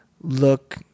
look